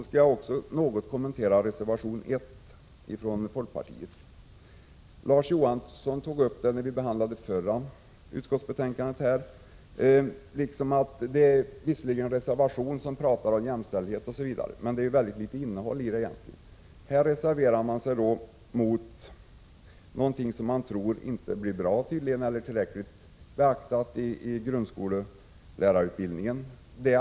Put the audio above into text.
Slutligen vill jag något kommentera reservation 1 från folkpartiet. Larz Johansson tog upp frågan när ärendet behandlades förra gången. Visserligen talas i reservationen om jämställdhet, men det är väldigt litet innehåll i förslaget. Här reserverar man sig mot något som man tror inte skall bli bra eller tillräckligt beaktat i grundskollärarutbildningen.